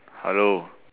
hello